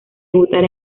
debutar